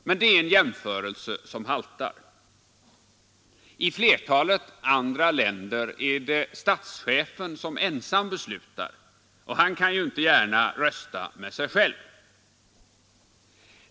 Men det är en jämförelse som haltar. I flertalet andra länder är det statschefen som ensam beslutar, och han kan ju inte gärna rösta med sig själv.